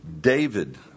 David